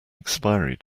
expiry